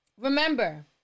Remember